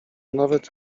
nawet